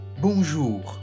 Bonjour